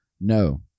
No